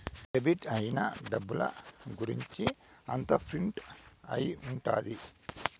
debit అయిన డబ్బుల గురుంచి అంతా ప్రింట్ అయి ఉంటది